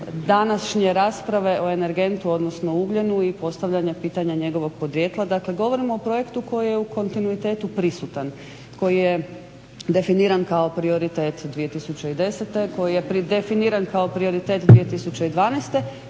današnje rasprave o energentu, odnosno ugljenu i postavljanja pitanja njegovog podrijetla. Dakle, govorimo o projektu koji je u kontinuitetu prisutan, koji je definiran kao prioritet 2010., koji je definiran kao prioritet 2012.